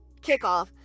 kickoff